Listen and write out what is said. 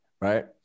Right